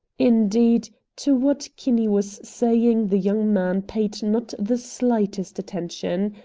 indeed, to what kinney was saying the young man paid not the slightest attention.